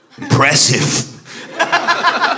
Impressive